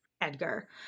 Edgar